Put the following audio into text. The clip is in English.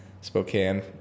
Spokane